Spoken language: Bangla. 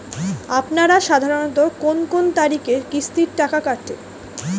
আপনারা সাধারণত কোন কোন তারিখে কিস্তির টাকা কাটে?